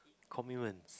commitments